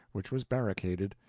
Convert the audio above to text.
which was barricaded,